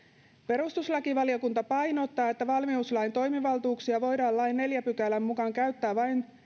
perustuslakivaliokunta painottaa että valmiuslain toimivaltuuksia voidaan lain neljännen pykälän mukaan käyttää vain